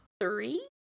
Three